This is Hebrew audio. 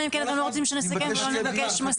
אלא אם כן אתם לא רוצים שנסכם ולא נבקש מסקנות.